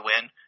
win